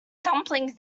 dumplings